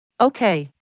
Okay